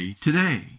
Today